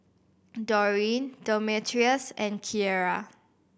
Dorene Demetrios and Kierra